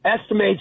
estimates